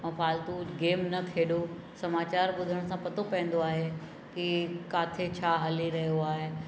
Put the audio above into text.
ऐं फालतू गेम न खेॾो समाचार ॿुधण सां पतो पवंदो आहे की किथे छा हली रहियो आहे